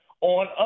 on